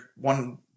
one